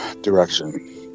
direction